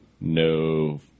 No